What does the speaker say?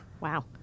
Wow